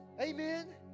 Amen